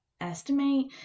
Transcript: estimate